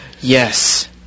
Yes